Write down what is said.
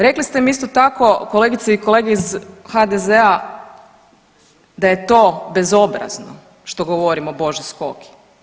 Rekli ste mi isto tako kolegice i kolege iz HDZ-a da je to bezobrazno što govorim o Boži Skoki.